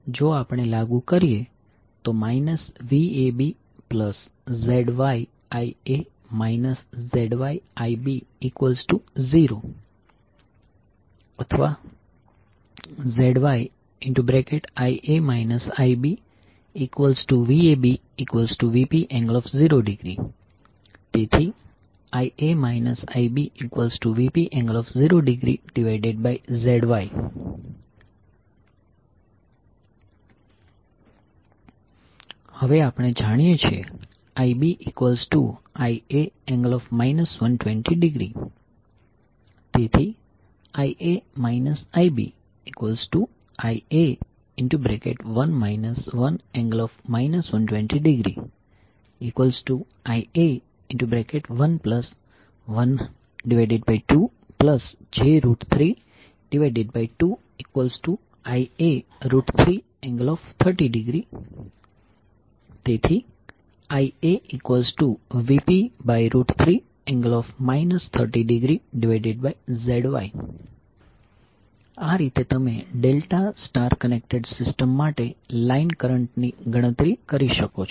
તેથી જો આપણે લાગુ કરીએ તો VabZYIa ZYIb0 અથવા ZYVabVp∠0° તેથી Ia IbVp∠0°ZY હવે આપણે જાણીએ છીએ IbIa∠ 120° તેથી Ia IbIa1 1∠ 120° Ia112j32Ia3∠30° તેથી IaVp3∠ 30°ZY આ રીતે તમે ડેલ્ટા સ્ટાર કનેક્ટેડ સિસ્ટમ માટે લાઈન કરંટની ગણતરી કરી શકો છો